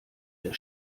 der